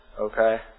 Okay